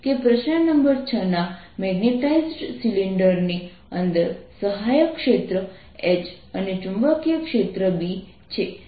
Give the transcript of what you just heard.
પ્રશ્ન નંબર 2 આપણી પાસે સમાન ચાર્જ સ્ફેરિકલ શેલ છે તેથી આ z અક્ષની આસપાસ ફરે છે